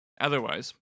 otherwise